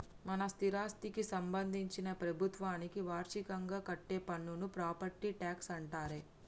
మన స్థిరాస్థికి సంబందించిన ప్రభుత్వానికి వార్షికంగా కట్టే పన్నును ప్రాపట్టి ట్యాక్స్ అంటారే